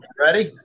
ready